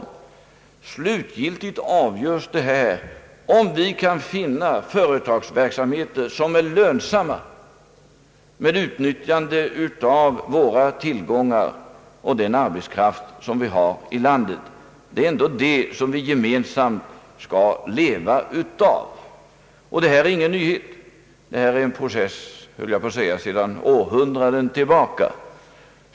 Det slutgiltigt avgörande är om vi kan finna verksamheter som är lönsamma med utnyttjande av våra tillgångar och den arbetskraft som finns i landet. Det är ju detta som vi gemensamt skall leva av. Denna omflyttningsprocess är ju för övrigt ingen nyhet utan något som pågått sedan århundraden.